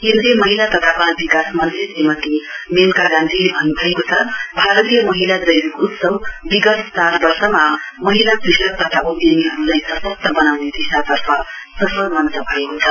केन्द्रीय महिला तथा वाल विकास मन्त्री श्रीमती मेनका गान्धीले भन्न्भएको छ भारतीय महिला जैविक उत्सव विगत चार वर्षमा महिला कृषक तता उद्धमीहरुलाई सशक्त वनाउने दिशातर्फ सफल मञ्च भएको छ